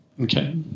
Okay